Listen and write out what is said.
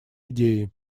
идеи